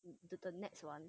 to the the next one